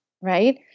right